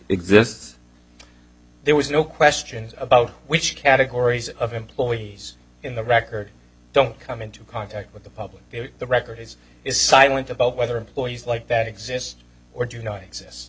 exists there was no question about which categories of employees in the record don't come into contact with the public if the records is silent about whether employees like that exist or do not exist